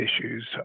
issues